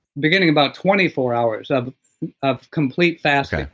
beginning about twenty four hours of of complete fasting.